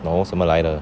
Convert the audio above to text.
no 什么来的